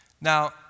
Now